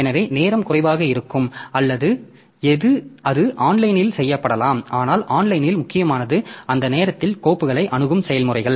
எனவே நேரம் குறைவாக இருக்கும் அல்லது அது ஆன்லைனிலும் செய்யப்படலாம் ஆனால் ஆன்லைனில் முக்கியமானது அந்த நேரத்தில் கோப்புகளை அணுகும் செயல்முறைகள்